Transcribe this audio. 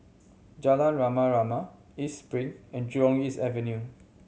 Jalan Rama Rama East Spring and Jurong East Avenue